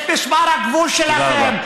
את משמר הגבול שלכם,